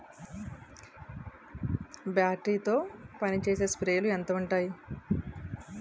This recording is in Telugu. బ్యాటరీ తో పనిచేసే స్ప్రేలు ఎంత ఉంటాయి?